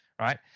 right